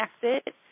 connected